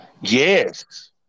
Yes